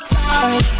time